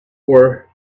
were